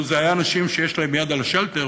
לו זה היה אנשים שיש להם יד על השלטר,